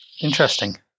Interesting